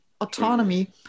Autonomy